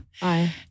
Hi